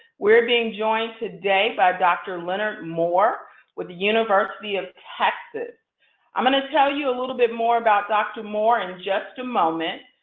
we're being joined today by dr. leonard moore with the university of texas i'm going to tell you a little bit more about dr. moore in just a moment.